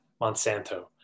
Monsanto